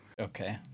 Okay